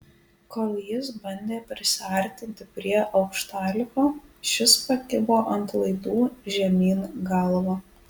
kol jis bandė prisiartinti prie aukštalipio šis pakibo ant laidų žemyn galva